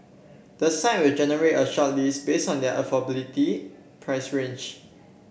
the site will generate a shortlist based on their affordability price range